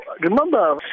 remember